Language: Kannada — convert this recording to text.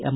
ಎಂ